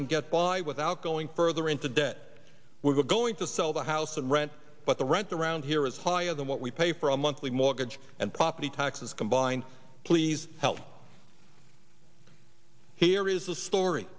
and get by without going further into debt we're going to sell the house and rent but the rent around here is higher than what we pay for a monthly mortgage and property taxes combined please help here is a story